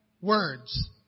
words